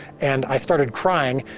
and i started crying,